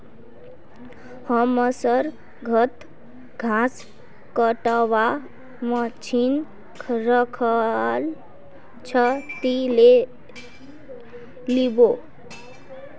हमसर घरत घास कटवार मशीन रखाल छ, ती ले लिबो